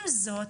עם זאת,